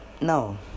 no